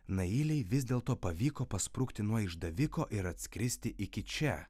nailei vis dėlto pavyko pasprukti nuo išdaviko ir atskristi iki čia